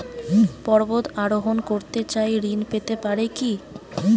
পর্বত আরোহণ করতে চাই ঋণ পেতে পারে কি?